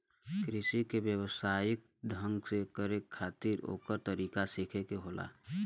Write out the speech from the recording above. कृषि के व्यवसायिक ढंग से करे खातिर ओकर तरीका सीखे के होला